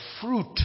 fruit